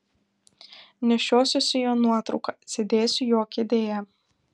nešiosiuosi jo nuotrauką sėdėsiu jo kėdėje